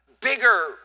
bigger